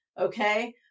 Okay